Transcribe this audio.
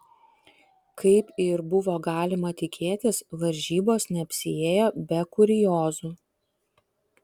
kaip ir buvo galima tikėtis varžybos neapsiėjo be kuriozų